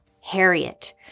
Harriet